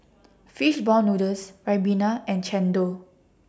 Fish Ball Noodles Ribena and Chendol